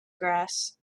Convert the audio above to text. grass